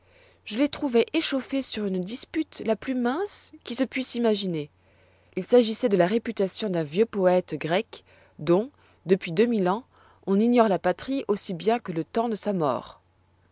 je les trouvai échauffés sur une dispute la plus mince qu'il se puisse imaginer il s'agissoit de la réputation d'un vieux poète grec dont depuis deux mille ans on ignore la patrie aussi bien que le temps de sa mort